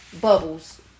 Bubbles